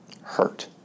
hurt